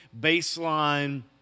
baseline